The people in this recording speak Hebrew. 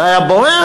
זה היה בוער.